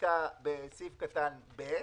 נמצאת בסעיף קטן (ב)